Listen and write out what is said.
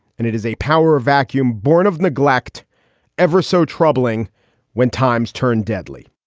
and it is a power vacuum borne of neglect ever so troubling when times turned deadly